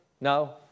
No